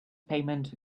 payment